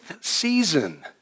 season